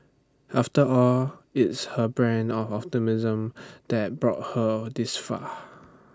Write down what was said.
after all it's her brand of optimism that brought her this far